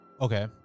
Okay